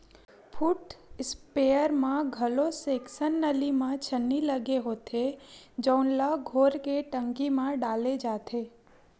foot sprayer म घलो suction नली म छन्नी लगे होथे जउन ल घोर के टंकी म डाले जाथे